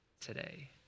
today